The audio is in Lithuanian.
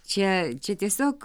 čia čia tiesiog